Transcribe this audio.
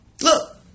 Look